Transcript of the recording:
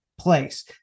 place